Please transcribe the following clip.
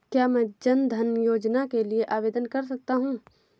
क्या मैं जन धन योजना के लिए आवेदन कर सकता हूँ?